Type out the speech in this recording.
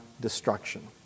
destruction